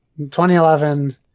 2011